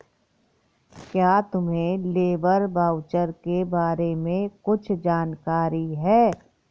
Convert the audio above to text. क्या तुम्हें labour voucher के बारे में कुछ जानकारी है?